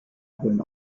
brillen